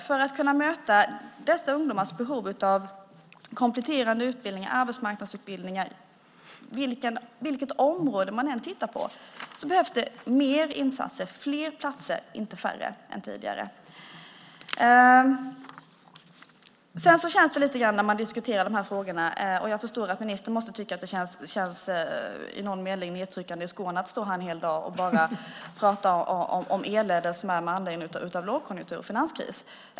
För att kunna möta dessa ungdomars behov av kompletterande utbildningar och arbetsmarknadsutbildningar på vilket område man än tittar på behövs det mer insatser och fler platser, och inte färre, än tidigare. När man diskuterar de här frågorna förstår jag att ministern måste tycka att det i någon mening känns nedtryckande i skorna att stå här en hel dag och bara prata om elände med anledning av lågkonjunktur och finanskris.